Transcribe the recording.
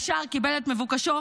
ישר קיבל את מבוקשו,